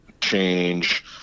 change